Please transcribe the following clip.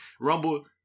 rumble